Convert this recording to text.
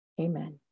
Amen